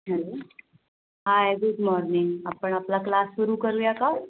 hello hi good morning आपण आपला class सुरू करूया का